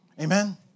Amen